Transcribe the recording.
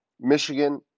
Michigan